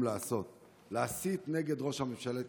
לעשות: להסית נגד ראש הממשלה נתניהו,